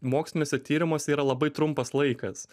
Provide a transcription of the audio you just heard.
moksliniuose tyrimuose yra labai trumpas laikas